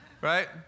right